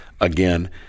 Again